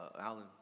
Alan